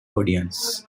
audiences